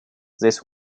this